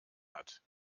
hat